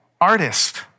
artist